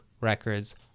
records